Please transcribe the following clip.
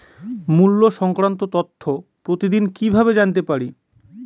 মুল্য সংক্রান্ত তথ্য প্রতিদিন কিভাবে জানতে পারি?